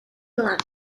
land